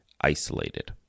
isolated